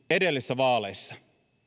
edellisissä vaaleissa